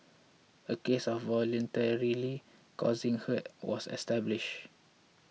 a case of voluntarily causing hurt was established